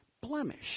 blemish